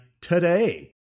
today